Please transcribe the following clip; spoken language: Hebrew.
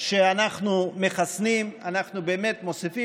שאנחנו מחסנים אנחנו מוסיפים,